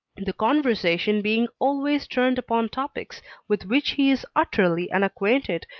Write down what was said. the conversation being always turned upon topics with which he is utterly unacquainted,